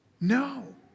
no